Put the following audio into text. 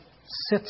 sits